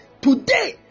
Today